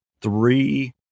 three